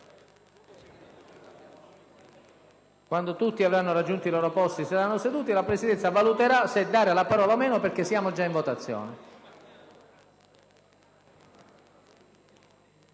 Quando tutti avranno raggiunto i loro posti e si saranno seduti, la Presidenza valuterà se dare la parola o meno ai colleghi che la stanno